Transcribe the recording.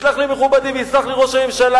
תסלח לי, מכובדי, ויסלח לי ראש הממשלה,